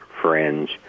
friends